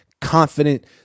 confident